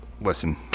listen